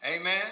Amen